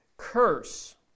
curse